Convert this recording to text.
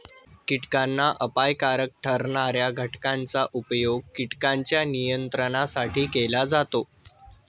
कीटकांना अपायकारक ठरणार्या घटकांचा उपयोग कीटकांच्या नियंत्रणासाठी केला जातो